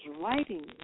writing